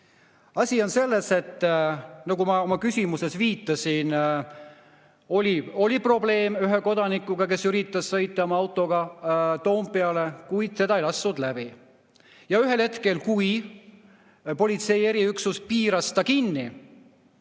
Asi on selles, nagu ma oma küsimuses viitasin, et oli probleem ühe kodanikuga, kes üritas sõita oma autoga Toompeale, kuid teda ei lastud läbi. Ja ühel hetkel, kui politsei eriüksus piiras ta ümber